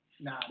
Nah